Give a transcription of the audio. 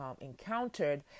encountered